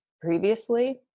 previously